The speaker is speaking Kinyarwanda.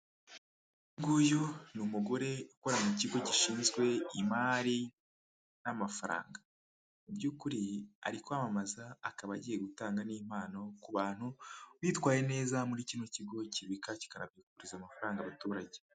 Nguyu ni umugore ukora mu kigo gishinzwe imari n'amafaranga. Mu byukuri ari kwamamaza, akaba agiye gutanga n'impano, ku bantu bitwaye neza muri kino kigo kibika kikanabikuriza amafaranga abaturage.